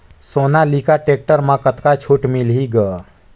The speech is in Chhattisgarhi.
सोनालिका टेक्टर म कतका छूट मिलही ग?